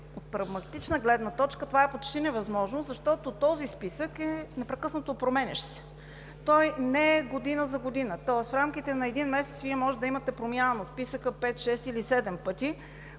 От прагматична гледна точка това е почти невъзможно, защото този списък е непрекъснато променящ се. Той не е година за година. Тоест в рамките на един месец Вие може да имате промяна на списъка пет, шест или седем пъти,